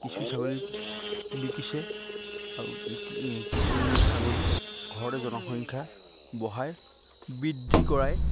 কিছু ছাগলী বিকিছে আৰু কিছু ছাগলী ঘৰতে জনসংখ্যা বঢ়াই বৃদ্ধি কৰাই